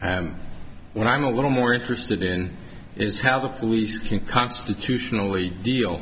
when i'm a little more interested in is how the police can constitutionally deal